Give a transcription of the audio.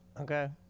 Okay